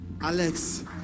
Alex